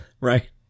Right